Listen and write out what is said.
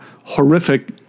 horrific